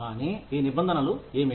కానీ ఈ నిబంధనలు ఏమిటి